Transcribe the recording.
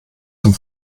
zum